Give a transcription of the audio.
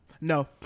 No